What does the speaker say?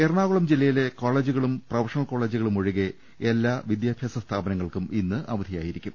എറണാകുളം ജില്ലയിലെ കോളേജുകളും പ്രൊഫഷണൽ കോളേജുകളും ഒഴികെ എല്ലാ വിദ്യാഭ്യാസ സ്ഥാപനങ്ങൾക്കും ഇന്ന് അവ ധിയായിരിക്കും